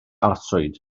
arswyd